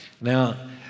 Now